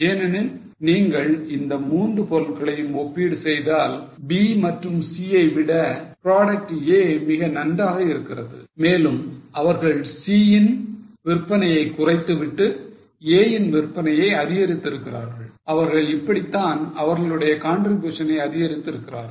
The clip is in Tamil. ஏனெனில் நீங்கள் இந்த மூன்று பொருள்களையும் ஒப்பீடு செய்தால் B மற்றும் C ஐ விட product A மிக நன்றாக இருக்கிறது மேலும் அவர்கள் C ன் விற்பனையை குறைத்துவிட்டு A ன் விற்பனையை அதிகரித்து இருக்கிறார்கள் அவர்கள் இப்படித்தான் அவர்களுடைய contribution ஐ அதிகரித்து இருக்கிறார்கள்